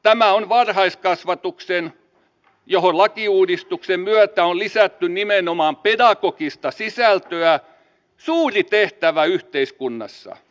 tämä on varhaiskasvatuksen johon lakiuudistuksen myötä on lisätty nimenomaan pedagogista sisältöä suuri tehtävä yhteiskunnassa